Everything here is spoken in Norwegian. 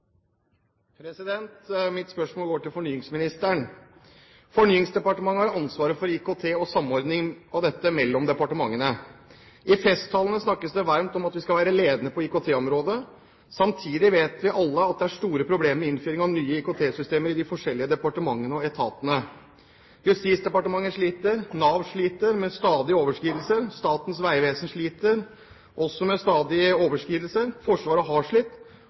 Mitt spørsmål går til fornyingsministeren. Fornyingsdepartementet har ansvaret for IKT og samordning av dette mellom departementene. I festtalene snakkes det varmt om at vi skal være ledende på IKT-området. Samtidig vet vi alle at det er store problemer med innføring av nye IKT-systemer i de forskjellige departementene og etatene. Justisdepartementet sliter, Nav sliter med stadige overskridelser, og Statens vegvesen sliter også med stadige overskridelser. Forsvaret har slitt